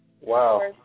Wow